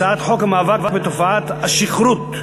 הצעת חוק המאבק בתופעת השכרות.